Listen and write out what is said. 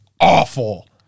awful